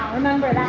um remember